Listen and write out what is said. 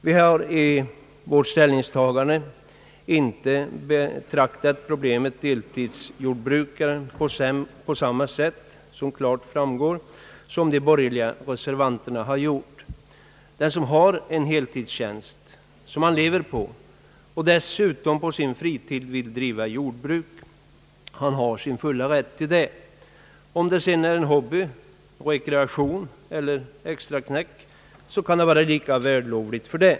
Vi har i vårt ställningstagande inte betraktat problemet om deltidsjordbrukaren på samma sätt som de borgerliga reservanterna. Den som har en heltidstjänst som han lever på och dessutom på sin fritid vill driva jordbruk, han har sin fulla rätt till det. Om det sedan är en hobby och rekreation eller ett extraknäck, kan det vara lika vällovligt.